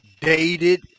dated